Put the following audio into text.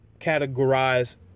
categorize